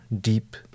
deep